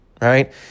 right